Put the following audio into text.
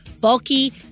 bulky